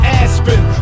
aspen